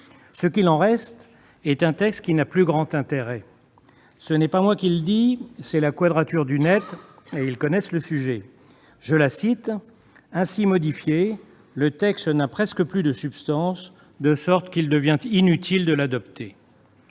Ce qu'il en reste est un texte qui n'a plus grand intérêt. C'est non pas moi qui le dis, mais la Quadrature du Net, et ses membres connaissent le sujet :« Ainsi modifié, le texte n'a presque plus de substance, de sorte qu'il devient inutile de l'adopter.